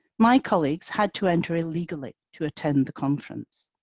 my colleagues had to enter illegally to attend the conference.